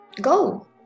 Go